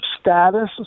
status